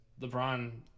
LeBron